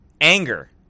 Anger